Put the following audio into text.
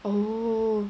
oh